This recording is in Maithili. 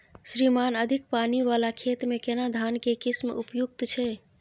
श्रीमान अधिक पानी वाला खेत में केना धान के किस्म उपयुक्त छैय?